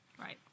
Right